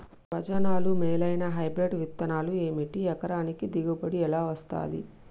భజనలు మేలైనా హైబ్రిడ్ విత్తనాలు ఏమిటి? ఎకరానికి దిగుబడి ఎలా వస్తది?